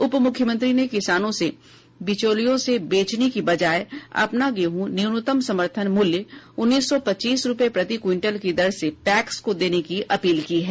उपमुख्यमंत्री ने किसानों से बिचौलियों से बेचने की बजाए अपना गेहूं न्यूनतम समर्थन मूल्य उन्नीस सौ पच्चीस रुपये प्रति क्विंटल की दर से पैक्स को देने की अपील की है